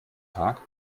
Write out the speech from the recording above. tag